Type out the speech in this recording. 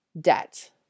debt